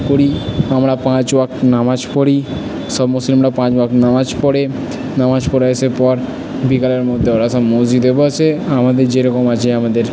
করি আমার পাঁচ ওয়াক্ত নামাজ পড়ি সব মুসলিমরা পাঁচ ওয়াক্ত নামাজ পড়ে নামাজ পড়ে আসে পর বিকালের মধ্যে ওরা সব মসজিদে বসে আমাদের যেরকম আছে আমাদের